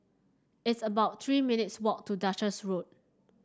it's about Three minutes' walk to Duchess Road